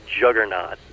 juggernaut